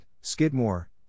Skidmore